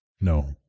No